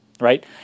right